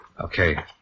Okay